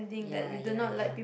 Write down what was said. yeah yeah yeah